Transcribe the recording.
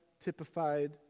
typified